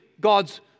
God's